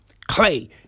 Clay